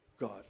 God